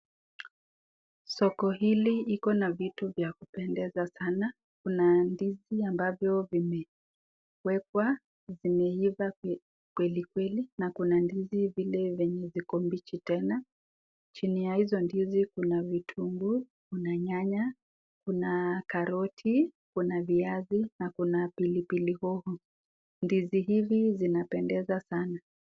Soko hili iko na vitu vya kupendeza sana, kuna ndizi ambavyo vimewekwa zimeiva kwelikweli na kuna ndizi zile ziko mbichi tena chini ya hizo ndizi kuna vitunguu, kuna nyanya, kuna karotii kuna viazi na kuna pilipili hoho, ndizi hizi zinapendeza sana.